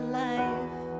life